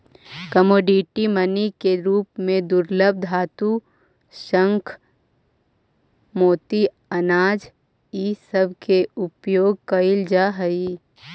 commodity money के रूप में दुर्लभ धातु शंख मोती अनाज इ सब के उपयोग कईल जा हई